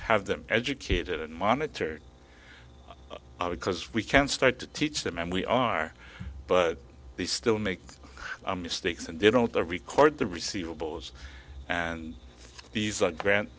have them educated and monitored i would because we can start to teach them and we are but they still make mistakes and they don't the record the receivables and these are grant